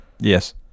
Yes